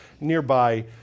nearby